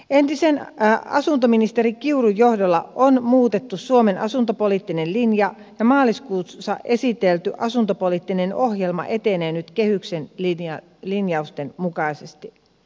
entisen asuntoministeri kiurun johdolla on muutettu suomen asuntopoliittinen linja ja maaliskuussa esitelty asuntopoliittinen ohjelma etenee nyt kehyksen linjausten mukaisesti